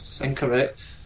incorrect